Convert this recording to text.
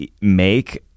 make